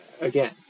again